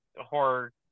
horror